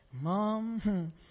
Mom